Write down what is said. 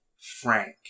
frank